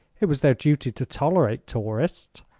it was their duty to tolerate tourists,